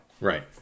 right